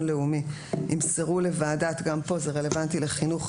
לאומי ימסרו --- גם פה זה רלוונטי לחינוך,